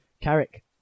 Carrick